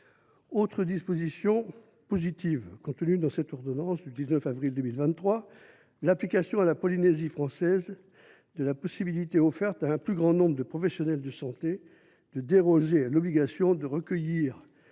Autre disposition positive contenue dans cette ordonnance du 19 avril 2023 : l’application à la Polynésie française de la possibilité offerte à un plus grand nombre de professionnels de santé de déroger à l’obligation de recueillir